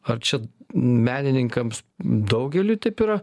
ar čia menininkams daugeliui taip yra